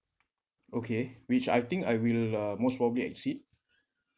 okay which I think I will uh most probably exceed